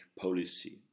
policy